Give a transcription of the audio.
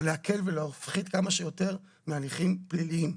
להקל ולהפחית כמה שיותר מהליכים פליליים.